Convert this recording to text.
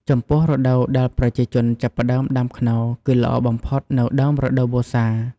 ចំពោះរដូវដែលប្រជាជនចាប់ផ្តើមដាំខ្នុរ គឺល្អបំផុតនៅដើមរដូវវស្សា។